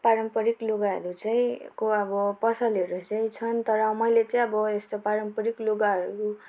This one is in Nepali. पारम्परिक लुगाहरू चाहिँको अब पसलहरू चाहिँ छन् तर मैले चाहिँ अब यस्तो पारम्परिक लुगाहरू